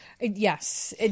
Yes